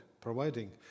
providing